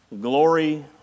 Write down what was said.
glory